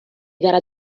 gara